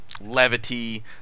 levity